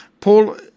Paul